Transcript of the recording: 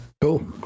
Cool